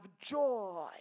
joy